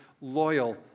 loyal